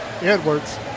Edwards